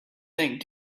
thing